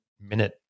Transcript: minute